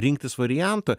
rinktis variantą